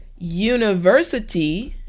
university